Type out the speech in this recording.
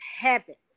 habit